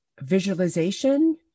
visualization